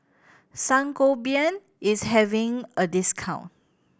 Sangobion is having a discount